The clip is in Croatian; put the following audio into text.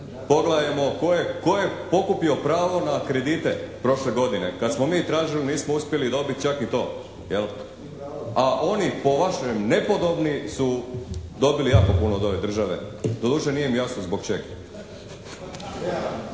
Pogledajmo tko je pokupio pravo na kredite prošle godine? Kad smo mi tražili nismo uspjeli dobiti čak ni to je li? A oni po vašem nepodobni su dobili jako puno od ove države, doduše nije mi jasno zbog čega?